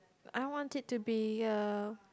I want it to be a